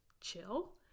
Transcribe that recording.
chill